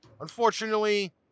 Unfortunately